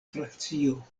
frakcio